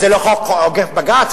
אז זה לא חוק עוקף בג"ץ?